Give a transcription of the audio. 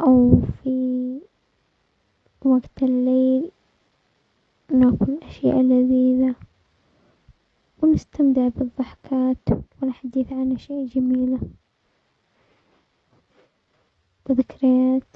او في وقت الليل نأكل اشياء لذيذة ونستمتع بالضحكات والحديث عن اشياء جميلة و ذكريات.